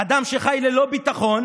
אדם שחי ללא ביטחון